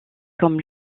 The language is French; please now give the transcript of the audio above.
comme